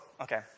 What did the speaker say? Okay